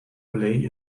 lay